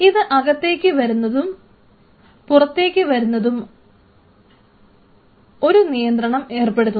ഇത് അകത്തേക്ക് വരുന്നതിനും പുറത്തേക്ക് പോകുന്നതിനും ഒരു നിയന്ത്രണം ഏർപ്പെടുത്തുന്നു